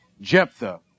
Jephthah